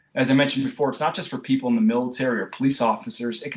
as i mentioned before, it's not just for people in the military or police officers,